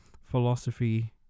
philosophy